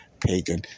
pagan